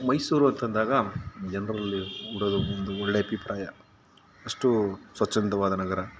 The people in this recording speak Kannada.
ಮೈಸೂರು ಅಂತಂದಾಗ ಜನರಲ್ಲಿ ಮೂಡೋದು ಒಂದು ಒಳ್ಳೆಯ ಅಭಿಪ್ರಾಯ ಅಷ್ಟು ಸ್ವಚ್ಛಂದವಾದ ನಗರ